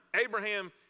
Abraham